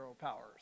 powers